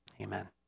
amen